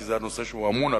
כי זה הנושא שהוא אמון עליו,